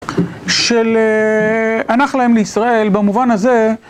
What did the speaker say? של הנח להם לישראל במובן הזה